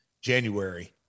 January